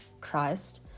christ